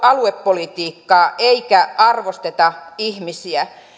aluepolitiikkaa eikä arvosteta ihmisiä